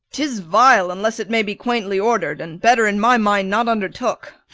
tis vile, unless it may be quaintly order'd, and better in my mind not undertook.